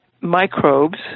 microbes